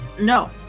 No